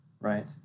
right